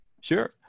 Sure